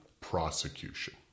prosecution